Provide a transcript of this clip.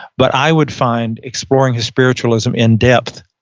but i would find exploring his spiritualism in depth,